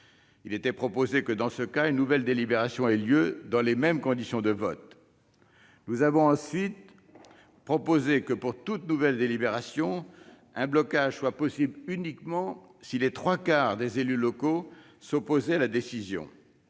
Il était proposé que, dans ce cas, une nouvelle délibération ait lieu, dans les mêmes conditions de vote. Nous avons ensuite proposé que, pour toute nouvelle délibération, un blocage soit possible uniquement si les trois quarts des élus locaux s'opposent à la décision.